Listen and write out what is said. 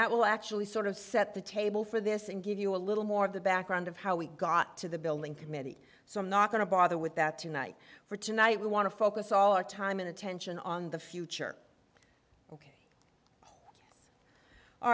that will actually sort of set the table for this and give you a little more of the background of how we got to the building committee so i'm not going to bother with that tonight for tonight we want to focus all our time and attention on the future